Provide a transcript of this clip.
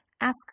ask